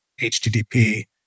http